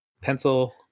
pencil